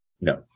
no